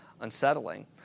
unsettling